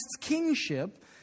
kingship